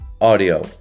audio